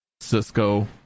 Cisco